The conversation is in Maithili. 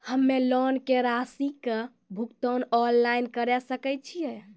हम्मे लोन के रासि के भुगतान ऑनलाइन करे सकय छियै?